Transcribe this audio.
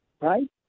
right